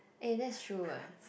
eh that's true what